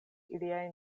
iliaj